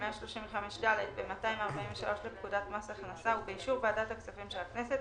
135ד ו-243 לפקודת מס הכנסה ובאישור ועדת הכספים של הכנסת,